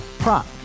Prop